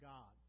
God